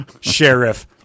Sheriff